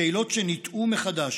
הקהילות שניטעו מחדש